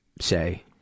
say